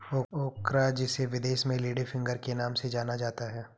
ओकरा जिसे विदेश में लेडी फिंगर के नाम से जाना जाता है